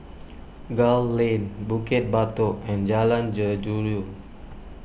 Gul Lane Bukit Batok and Jalan